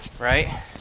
Right